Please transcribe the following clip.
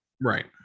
Right